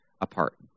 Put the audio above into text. apart